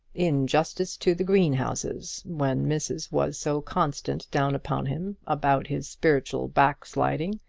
in justice to the greenhouses, when missus was so constant down upon him about his sprittual backsliding.